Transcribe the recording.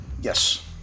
Yes